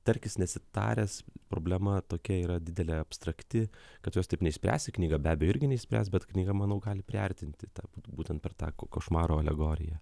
tarkis nesitaręs problema tokia yra didelė abstrakti kad jos taip neišspręsi knyga be abejo irgi neišspręs bet knyga manau gali priartinti tą būtent per tako košmaro alegoriją